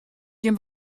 jimme